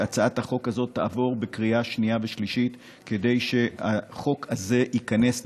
שהצעת החוק הזאת תעבור בקריאה שנייה ושלישית כדי שהחוק הזה ייכנס לדרך,